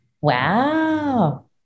Wow